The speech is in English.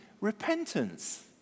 repentance